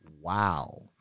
Wow